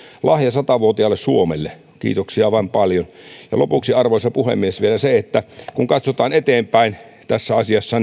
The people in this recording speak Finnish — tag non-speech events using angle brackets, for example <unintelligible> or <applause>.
lahja sata vuotiaalle suomelle kiitoksia vain paljon ja lopuksi arvoisa puhemies vielä kun katsotaan eteenpäin tässä asiassa <unintelligible>